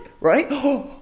right